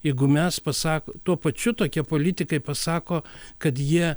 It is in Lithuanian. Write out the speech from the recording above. jeigu mes pasak tuo pačiu tokie politikai pasako kad jie